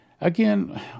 Again